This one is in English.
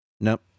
Nope